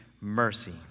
mercy